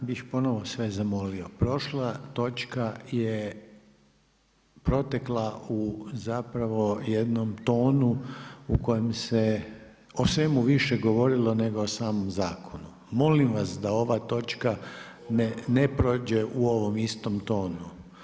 Ja bih ponovo sve zamolio, prošla točka je protekla u jednom tonu u kojem se o svemu više govorilo nego o samom zakonu, molim vas da ova točka ne prođe u ovom istom tonu.